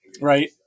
right